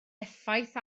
effaith